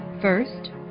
first